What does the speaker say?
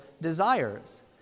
desires